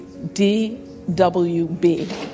DWB